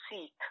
seek